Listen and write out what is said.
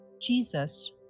Jesus